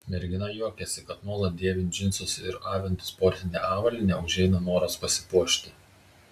mergina juokiasi kad nuolat dėvint džinsus ir avint sportinę avalynę užeina noras pasipuošti